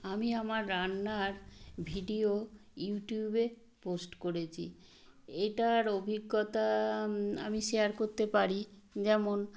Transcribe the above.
আমি আমার রান্নার ভিডিও ইউটিউবে পোস্ট করেছি এটার অভিজ্ঞতা আমি শেয়ার করতে পারি যেমন